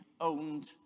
owned